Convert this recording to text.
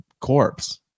corpse